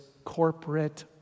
corporate